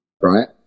right